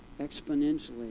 exponentially